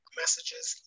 messages